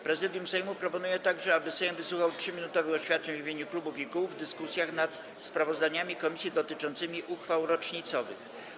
Prezydium Sejmu proponuje także, aby Sejm wysłuchał 3-minutowych oświadczeń w imieniu klubów i kół w dyskusjach nad sprawozdaniami komisji dotyczącymi uchwał rocznicowych.